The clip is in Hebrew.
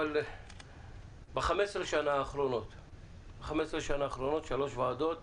אבל ב-15 שנה האחרונות שלוש ועדות,